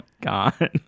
god